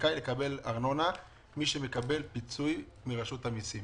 שזכאי לקבל ארנונה מי שמקבל פיצוי מרשות המסים.